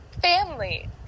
Family